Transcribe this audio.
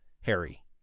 Harry